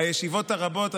הישיבות הרבות,